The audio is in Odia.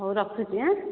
ହେଉ ରଖୁଛି ହାଁ